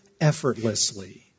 effortlessly